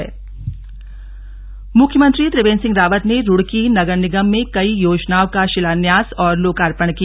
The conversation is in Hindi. सीएम दौरा मुख्यमंत्री त्रिवेंद्र सिंह रावत ने रुड़की नगर निगम में कई योजनाओं का शिलान्यास और लोकार्पण किया